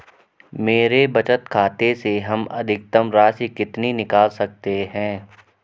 मेरे बचत खाते से हम अधिकतम राशि कितनी निकाल सकते हैं?